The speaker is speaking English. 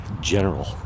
general